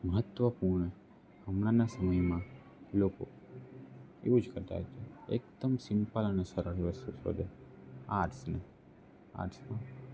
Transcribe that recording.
મહત્ત્વપૂર્ણ હમણાંના સમયમાં લોકો એવું જ કરતાં હોય છે એકદમ સિમ્પલ અને સરળ વસ્તુ શોધે આર્ટ્સને આર્ટ્સમાં